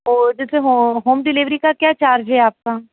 और जैसे हो होम डिलीवरी का क्या चार्ज है आपका